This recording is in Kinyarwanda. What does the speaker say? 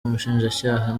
umushinjacyaha